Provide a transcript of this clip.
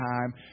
time